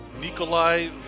Nikolai